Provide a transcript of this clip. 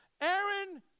Aaron